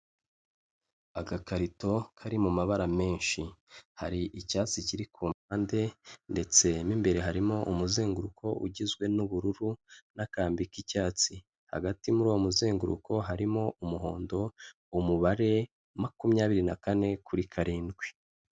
Agakarito kari mu mabara menshi hari icyatsi kiri ku mpande ndetse n'imbere harimo umuzenguruko ugizwe n'ubururu n'akambi k'icyatsi hagati muri uwo muzenguruko harimo umuhondo umubare makumyabiri na kane kuri karindwi.